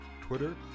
Twitter